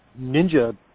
ninja